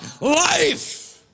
life